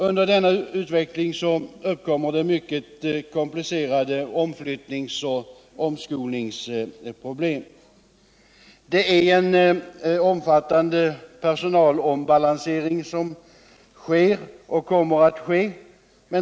Under denna utveckling uppkommer mycket komplicerade omflyttningsoch omskolningsproblem. Det är en omfattande personalombalansering som sker.